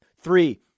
Three